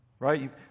Right